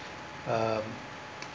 um